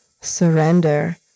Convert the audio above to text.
surrender